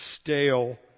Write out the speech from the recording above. stale